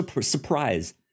surprise